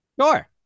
Sure